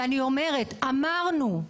ואני אומרת: אמרנו,